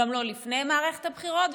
גם לא לפני מערכת הבחירות,